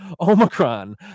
omicron